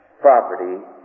Property